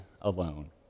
Alone